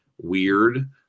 weird